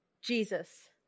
Jesus